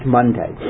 Monday